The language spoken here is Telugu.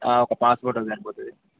ఒక పాస్పోర్ట్ అ సరిపోతది